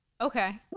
Okay